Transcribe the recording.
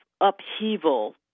upheaval